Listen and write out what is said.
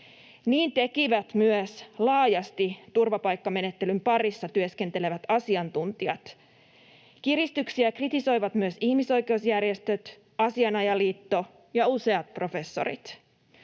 Niin tekivät myös laajasti turvapaikkamenettelyn parissa työskentelevät asiantuntijat. Kiristyksiä kritisoivat myös ihmisoikeusjärjestöt, Asianajajaliitto ja useat professorit.